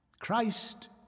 Christ